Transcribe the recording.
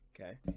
okay